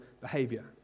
behavior